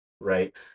right